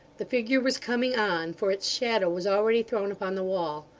the figure was coming on, for its shadow was already thrown upon the wall.